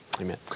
Amen